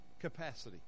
capacity